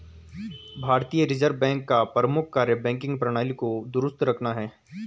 भारतीय reserve bank का प्रमुख कार्य बैंकिंग प्रणाली को दुरुस्त रखना है